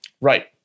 Right